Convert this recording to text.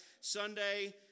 Sunday